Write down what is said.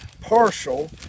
partial